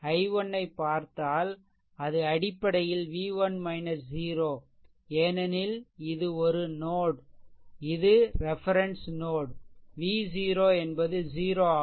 I1ஐப் பார்த்தால் அது அடிப்படையில் v1 0 ஏனெனில் இது ஒரு நோட் அது ரெஃபெரென்ஸ் நோட் v 0 என்பது 0 ஆகும்